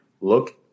look